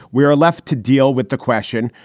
we are left to deal with the question,